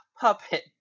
puppet